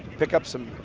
pick up some